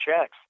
checks